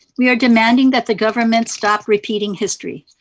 we are demanding that the government stop repeating history.